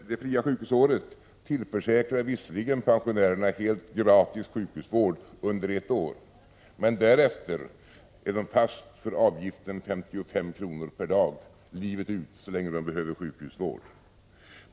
Det fria sjukhusåret tillförsäkrar visserligen pensionärer helt gratis sjukhusvård under ett helt år, men därefter är de fast för avgiften 55 kr./dag livet ut så länge de behöver sjukhusvård.